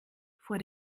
vor